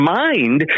mind